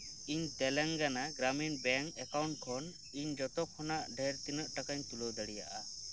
ᱤᱧ Telangana Gramin bank account ᱠᱷᱚᱱ ᱤᱧ ᱡᱚᱛᱚ ᱠᱷᱚᱱᱟᱜ ᱰᱷᱮᱨ ᱛᱤᱱᱟᱹᱜ ᱴᱟᱠᱟᱧ ᱛᱩᱞᱟᱹᱣ ᱫᱟᱲᱤᱭᱟᱜᱼᱟ